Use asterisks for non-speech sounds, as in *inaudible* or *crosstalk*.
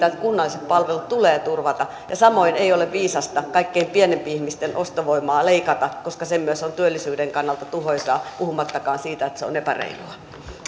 *unintelligible* että kunnalliset palvelut tulee turvata ja samoin ei ole viisasta kaikkein pienituloisimpien ihmisten ostovoimaa leikata koska se myös on työllisyyden kannalta tuhoisaa puhumattakaan siitä että se on epäreilua